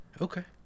Okay